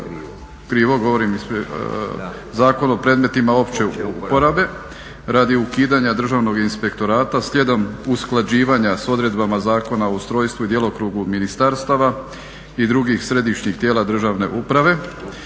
ispričavam se, Zakon o predmetima opće uporabe radi ukidanja državnog inspektorata slijedom usklađivanja s odredbama Zakona o ustrojstvu i djelokrugu ministarstva i drugih središnjih tijela državne uprave.